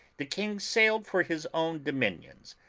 the king sailed for his own dominions,